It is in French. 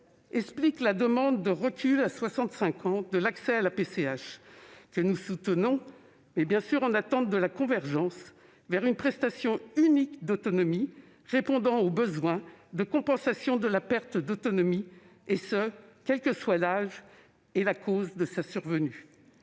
explique la demande de recul à 65 ans de l'accès à la PCH que nous soutenons en attente de la convergence vers une prestation unique d'autonomie répondant aux besoins de compensation de la perte d'autonomie, et ce quels que soient l'âge et la cause de sa survenue.